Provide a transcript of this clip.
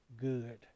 good